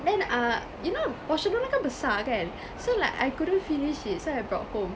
then err you know portion dia orang kan besar kan so like I couldn't finish it so I brought home